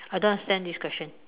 I don't understand this question